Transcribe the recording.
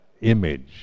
image